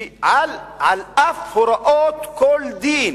שעל אף הוראות כל דין,